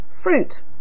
fruit